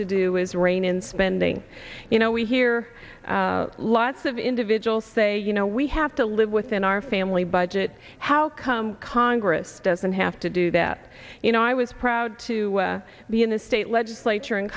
to do is rein in spending you know we hear lots of individual say you know we have to live within our family budget how come congress doesn't have to do that you know i was proud to be in a state legislature in